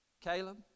Caleb